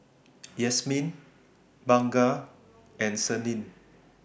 Yasmin Bunga and Senin